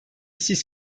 siz